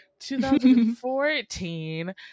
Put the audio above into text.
2014